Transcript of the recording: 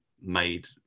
made